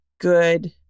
good